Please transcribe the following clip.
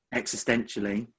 existentially